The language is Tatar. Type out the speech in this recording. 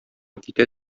китә